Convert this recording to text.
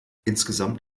insgesamt